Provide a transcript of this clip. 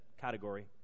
category